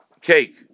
cake